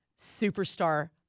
superstar